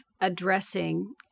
addressing